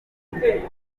icyerekezo